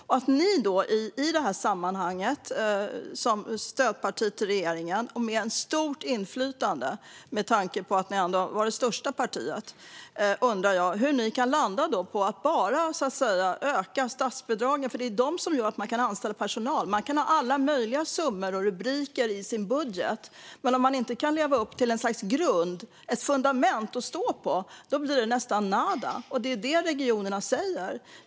Då undrar jag hur ni, som stödparti till regeringen och med stort inflytande med tanke på att ni är det största av de partierna, kan landa i att bara öka statsbidragen, Linda Lindberg. Det är de som gör att det går att anställa personal. Man kan ha alla möjliga summor och rubriker i sin budget, men om man inte kan leva upp till ett slags grund, ett fundament att stå på, blir det nästan nada. Och det är vad regionerna säger.